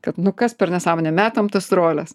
kad nu kas per nesąmonė metam tos roles